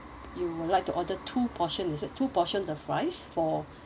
you would like to order two portion is it two portion the fries for